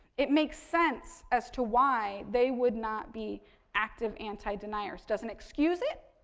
it makes sense as to why they would not be active anti-deniers. doesn't excuse it,